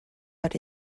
but